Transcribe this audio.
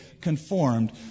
conformed